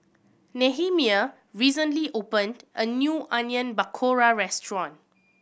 Nehemiah recently opened a new Onion Pakora Restaurant